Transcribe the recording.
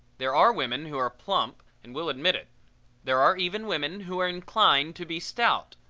there are women who are plump and will admit it there are even women who are inclined to be stout.